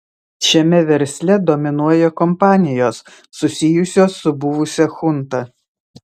šiame versle dominuoja kompanijos susijusios su buvusia chunta